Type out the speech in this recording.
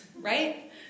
right